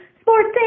sports